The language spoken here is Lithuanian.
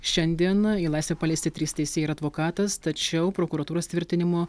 šiandieną į laisvę paleisti trys teisėjai ir advokatas tačiau prokuratūros tvirtinimu